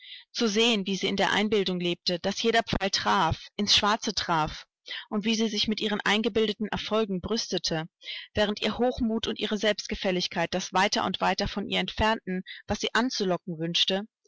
zu sehen wie sie in der einbildung lebte daß jeder pfeil traf ins schwarze traf und wie sie sich mit ihren eingebildeten erfolgen brüstete während ihr hochmut und ihre selbstgefälligkeit das weiter und weiter von ihr entfernten was sie anzulocken wünschte